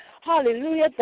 hallelujah